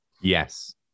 Yes